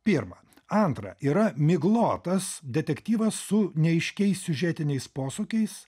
pirma antra yra miglotas detektyvas su neaiškiais siužetiniais posūkiais